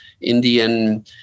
Indian